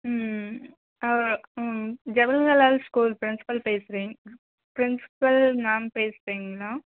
ம் ஜவர்ஹலால் ஸ்கூல் பேசுகிறேன் principal ma'am பேசுகிறீங்களா